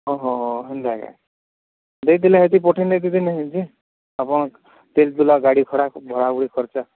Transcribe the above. ଓହୋ ହେନ୍ତାକି ଦେଇଦଲେ ହେଠି ପଠାଇନେଇକିରି ମୁଁ ଯେ ଆପଣ ଗାଡ଼ି ଭଡ଼ା ଭଡ଼ା ଭୁଡ଼ି ଖର୍ଚ୍ଚ